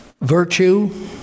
Virtue